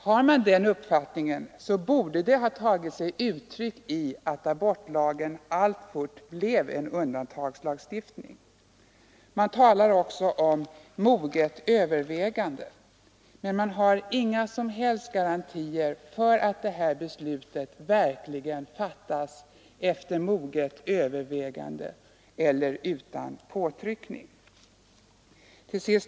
Har man den uppfattningen borde det ha tagit sig uttryck i ett ställningstagande för att abortlagen alltfort skulle vara en undantagslagstiftning. Man talar också om moget övervägande. Men vi har i lagförslaget inga som helst garantier för att abortbeslutet verkligen fattas efter moget övervägande eller utan påtryckning.